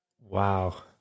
Wow